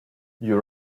you